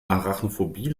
arachnophobie